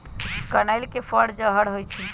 कनइल के फर जहर होइ छइ